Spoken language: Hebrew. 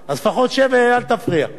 שב, שב רגע, חברי.